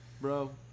bro